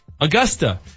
Augusta